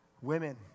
Women